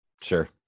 Sure